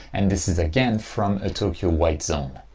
and this is again from a tokyo white zone.